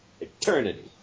eternity